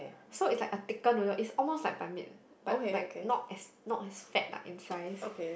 so it's like a thicker noodle it's almost like ban-mian but like not as not as fat like in size